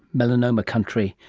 melanoma country,